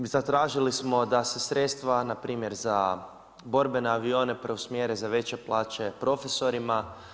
Zatražili smo da se sredstva npr. za borbene avione preusmjere za veće plaće profesorima.